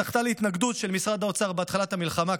זכתה להתנגדות של משרד האוצר בתחילת המלחמה,